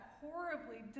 horribly